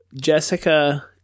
jessica